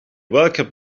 welcomed